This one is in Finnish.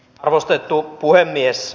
arvostettu puhemies